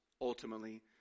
ultimately